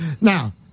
Now